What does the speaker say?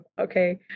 okay